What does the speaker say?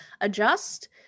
adjust